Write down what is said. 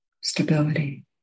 stability